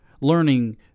Learning